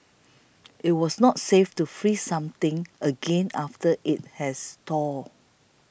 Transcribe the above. it was not safe to freeze something again after it has thawed